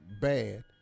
bad